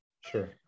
Sure